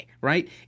right